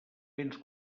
vents